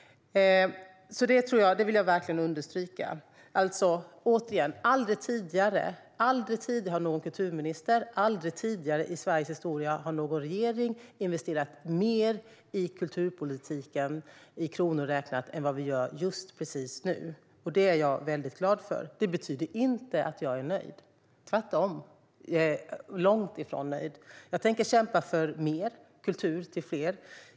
Låt mig understryka att aldrig tidigare i Sveriges historia har någon kulturminister eller regering investerat mer i kulturpolitiken i kronor räknat än vad vi gör just nu. Det är jag mycket glad för, men det betyder inte att jag är nöjd. Jag är tvärtom långt ifrån nöjd, och jag tänker kämpa för mer kultur till fler.